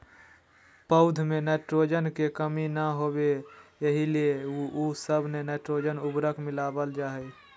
पौध में नाइट्रोजन के कमी न होबे एहि ला उ सब मे नाइट्रोजन उर्वरक मिलावल जा हइ